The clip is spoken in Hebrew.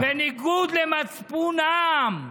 בניגוד למצפון העם.